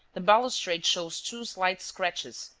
the balustrade shows two slight scratches,